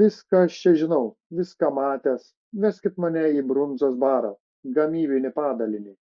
viską aš čia žinau viską matęs veskit mane į brundzos barą gamybinį padalinį